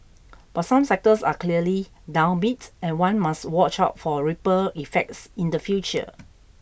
but some sectors are clearly downbeat and one must watch out for ripple effects in the future